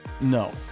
No